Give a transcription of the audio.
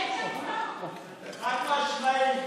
חד-משמעית.